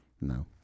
No